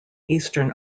eastern